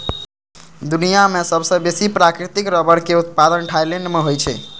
दुनिया मे सबसं बेसी प्राकृतिक रबड़ के उत्पादन थाईलैंड मे होइ छै